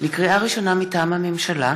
לקריאה ראשונה, מטעם הממשלה: